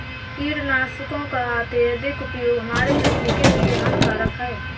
कीटनाशकों का अत्यधिक उपयोग हमारे कृषि के लिए हानिकारक है